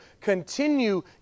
continue